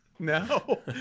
no